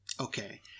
Okay